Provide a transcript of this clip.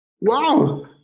Wow